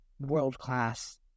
world-class